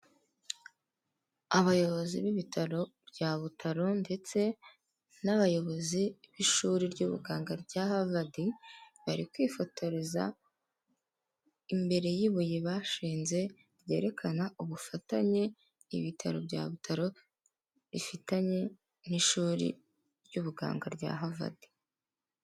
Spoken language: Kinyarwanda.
Abayobozi b'ibitaro bya butaro ndetse n'abayobozi b'ishuri ry'ubuganga rya Harvard bari kwifotoreza imbere y'ibuye bashinze ryerekana ubufatanye ibitaro bya butaro bifitanye n'ishuri ry'ubuganga rya Havard.